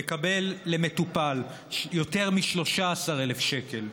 מקבל למטופל יותר מ-13,000 שקל,